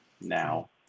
now